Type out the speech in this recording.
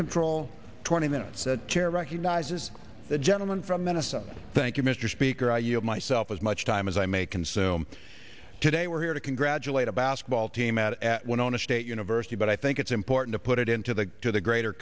control twenty minutes the chair recognizes the gentleman from minnesota thank you mr speaker i yield myself as much time as i may consume today we're here to congratulate a basketball team out at one on a state university but i think it's important to put it into the to the greater